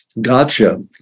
gotcha